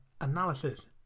analysis